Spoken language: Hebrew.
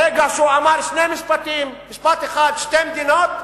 ברגע שהוא אמר שני משפטים, משפט אחד, שתי מדינות,